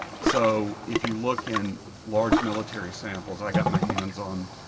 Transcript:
so if you look in large military samples, i got my hands on